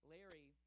Larry